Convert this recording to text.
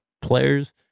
players